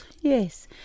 yes